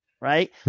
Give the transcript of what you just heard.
Right